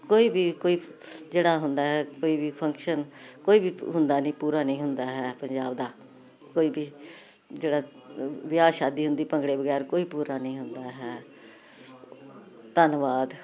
ਕੋਈ ਵੀ ਕੋਈ ਜਿਹੜਾ ਹੁੰਦਾ ਹੈ ਕੋਈ ਵੀ ਫੰਕਸ਼ਨ ਕੋਈ ਵੀ ਹੁੰਦਾ ਨਹੀਂ ਪੂਰਾ ਨਹੀਂ ਹੁੰਦਾ ਹੈ ਪੰਜਾਬ ਦਾ ਕੋਈ ਵੀ ਜਿਹੜਾ ਵਿਆਹ ਸ਼ਾਦੀ ਹੁੰਦੀ ਭੰਗੜੇ ਬਗੈਰ ਕੋਈ ਪੂਰਾ ਨਹੀਂ ਹੁੰਦਾ ਹੈ ਧੰਨਵਾਦ